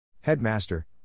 Headmaster